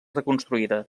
reconstruïda